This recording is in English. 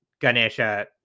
Ganesha